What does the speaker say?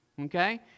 okay